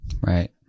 Right